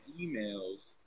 emails